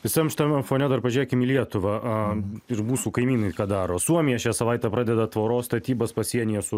visam šitam fone dar pažiūrėkim į lietuvą ir mūsų kaimynai ką daro suomija šią savaitę pradeda tvoros statybas pasienyje su